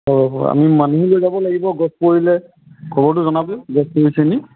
অঁ আমি মানুহ লৈ যাব লাগিব গছ পৰিলে খবৰটো জনাব গছ পৰিছেনি